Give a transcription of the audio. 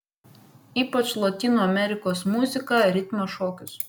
ypač lotynų amerikos muziką ritmą šokius